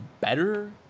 better